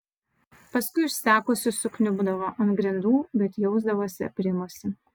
paskui išsekusi sukniubdavo ant grindų bet jausdavosi aprimusi